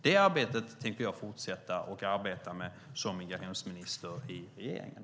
Detta arbete tänker jag fortsätta att arbeta med som migrationsminister i regeringen.